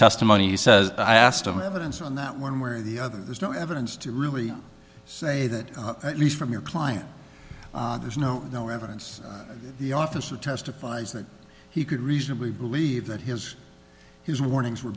testimony he says i asked on evidence on that one way or the other there's no evidence to really say that at least from your client there's no no evidence the officer testifies that he could reasonably believe that he was his warnings were